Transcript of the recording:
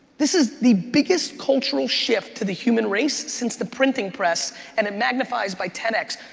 this is the biggest cultural shift to the human race since the printing press and it magnifies by ten x.